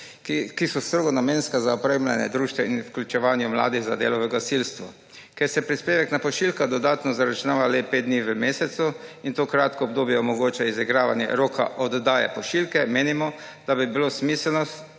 ki so strogo namensko za opremljanje društev in vključevanje mladih za delo v gasilstvu. Ker se prispevek na pošiljko dodatno zaračunava le pet dni v mesecu, in to kratko obdobje omogoča izigravanje roka oddaje pošiljke, menimo, da bi bilo smiselno,